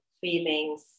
feelings